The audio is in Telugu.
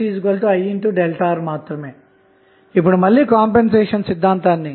ఇప్పుడు నోడ్ a వద్ద KCL ను వర్తింపజేద్దాము